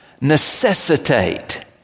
necessitate